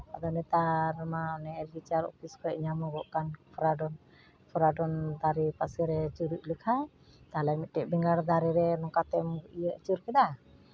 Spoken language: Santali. ᱟᱫᱚ ᱱᱮᱛᱟᱨ ᱢᱟ ᱚᱱᱮ ᱮᱜᱽᱨᱤᱠᱟᱞᱪᱟᱨ ᱚᱯᱷᱤᱥ ᱠᱷᱚᱡ ᱧᱟᱢᱚᱜᱚᱜ ᱠᱟᱱ ᱯᱷᱨᱟᱰᱚᱱ ᱯᱷᱨᱟᱰᱚᱱ ᱫᱟᱨᱮ ᱯᱟᱥᱮ ᱨᱮ ᱪᱩᱨᱩᱡ ᱞᱮᱠᱷᱟᱡ ᱛᱟᱦᱞᱮ ᱢᱤᱫᱴᱮᱱ ᱵᱮᱸᱜᱟᱲ ᱫᱟᱨᱮ ᱨᱮ ᱱᱚᱝᱠᱟ ᱛᱮᱢ ᱤᱭᱟᱹ ᱟᱹᱪᱩᱨ ᱠᱮᱫᱟ